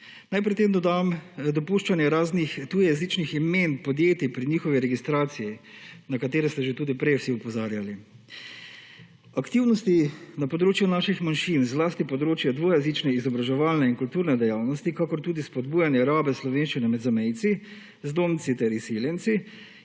Naj pri tem dodam dopuščanje raznih tujejezičnih imen podjetij pri njihovi registraciji, na katere ste že tudi prej vsi opozarjali. Aktivnosti na področju naših manjšin, zlasti področje dvojezične, izobraževalne in kulturne dejavnosti, kakor tudi spodujanje rabe slovenščine med zamejci, zdomci ter izseljenci